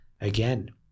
again